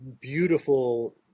beautiful